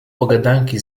pogadanki